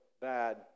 bad